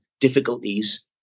difficulties